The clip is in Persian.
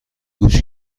گوش